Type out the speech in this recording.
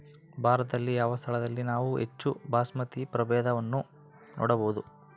ಭಾರತದಲ್ಲಿ ಯಾವ ಸ್ಥಳದಲ್ಲಿ ನಾವು ಹೆಚ್ಚು ಬಾಸ್ಮತಿ ಪ್ರಭೇದವನ್ನು ನೋಡಬಹುದು?